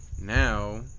Now